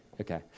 Okay